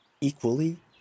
equally